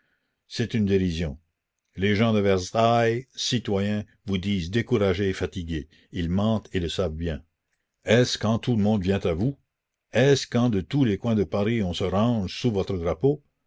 c'est une dérision les gens de versailles citoyens vous disent découragés et fatigués ils mentent et le savent bien est-ce quand tout le monde vient à vous est-ce quand de tous les coins de paris on se range sous votre drapeau